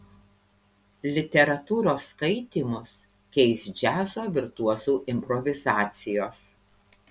literatūros skaitymus keis džiazo virtuozų improvizacijos